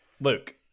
Luke